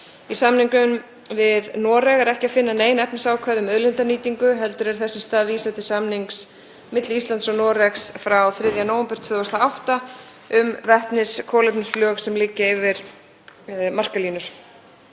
Í samningnum við Noreg er ekki að finna nein efnisákvæði um auðlindanýtingu heldur er þess í stað vísað til samnings milli Íslands og Noregs frá 3. nóvember 2008 um vetniskolefnislög sem liggja yfir markalínur.